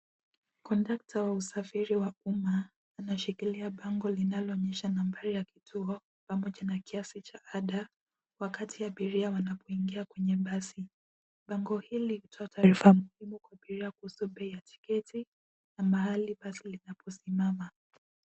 Kondakta wa usafiri wa umma anashikilia bango linaloonyesha nambari ya kituo pamoja na kiasi cha ada wakati abiria wanapo ingia kwenye basi. Bango hili hutoa taarifa kubwa kuhusu bei ya tiketi na mahali pasili pa kusimama.